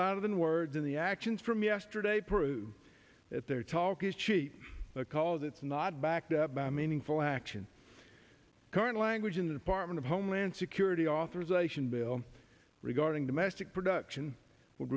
louder than words in the actions from yesterday prove that their talk is cheap because it's not backed up by meaningful action current language in the department of homeland security authorization bill regarding domestic production would